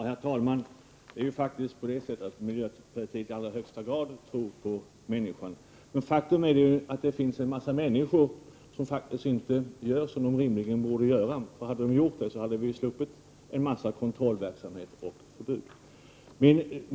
Herr talman! Det är faktiskt på det sättet att miljöpartiet i allra högsta grad tror på människan! Faktum är ju att det finns en massa människor som inte gör det som de borde göra. Hade de gjort det så hade vi sluppit en massa kontrollverksamhet och förbud.